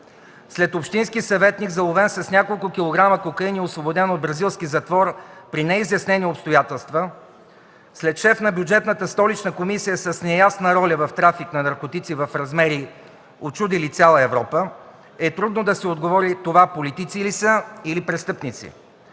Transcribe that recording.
след общински съветник, заловен с няколко килограма кокаин и освободен от бразилски затвор при неизяснени обстоятелства, след шеф на Бюджетната столична комисия с неясна роля в трафик на наркотици в размери, учудили цяла Европа, е трудно да се отговори това политици ли са или престъпници.